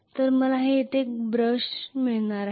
आता मला येथे एक ब्रश मिळणार आहे